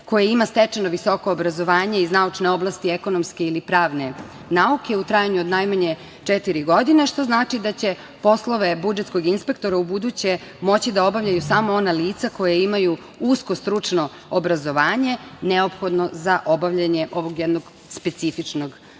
koje ima stečeno visoko obrazovanje iz naučne oblasti ekonomske ili pravne nauke u trajanju od najmanje četiri godine, što znači da će poslove budžetskog inspektora ubuduće moći da obavljaju samo ona lica koja imaju uskostručno obrazovanje neophodno za obavljanje ovog jednog specifičnog